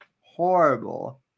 horrible